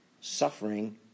suffering